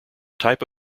type